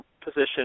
position